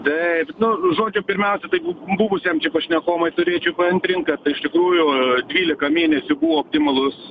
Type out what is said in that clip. taip nu žodžiu pirmiausia tai buvusiam čia pašnekovui turėčiau paantrint kad iš tikrųjų dvylika mėnesių buvo optimalus